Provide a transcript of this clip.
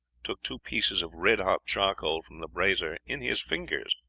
took two pieces of red hot charcoal from the brazier in his fingers,